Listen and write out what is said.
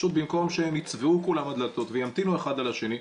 פשוט במקום שהם ייצאו כולם מהדלתות וימתינו אחד על השני,